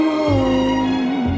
home